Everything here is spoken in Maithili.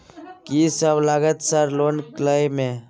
कि सब लगतै सर लोन लय में?